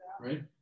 right